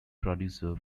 producer